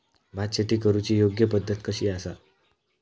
भात शेती करुची योग्य पद्धत कशी आसा?